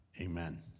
Amen